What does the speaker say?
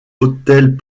autels